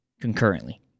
concurrently